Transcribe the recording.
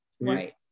Right